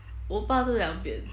我拔这两边